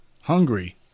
hungry